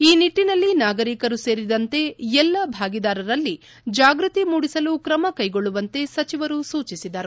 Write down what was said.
ಈ ನಿಟ್ಟನಲ್ಲಿ ನಾಗರಿಕರು ಸೇರಿದಂತೆ ಎಲ್ಲಾ ಭಾಗೀದಾರರಲ್ಲಿ ಜಾಗೃತಿ ಮೂಡಿಸಲು ಕ್ರಮ ಕೈಗೊಳ್ಳುವಂತೆ ಸಚಿವರು ಸೂಚಿಸಿದರು